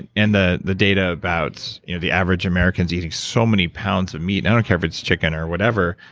and and the the data about you know the average americans eating so many pounds of meat, and i don't care if it's chicken or whatever,